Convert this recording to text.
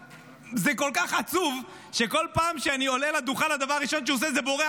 זה כל כך עצוב שבכל פעם שאני עולה לדוכן הדבר הראשון שהוא עושה זה בורח.